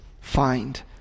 find